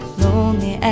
lonely